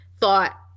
thought